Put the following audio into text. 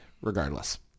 regardless